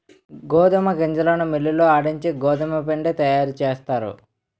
గోధుమ గింజలను మిల్లి లో ఆడించి గోధుమపిండి తయారుచేస్తారు